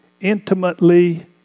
intimately